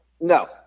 No